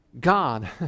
God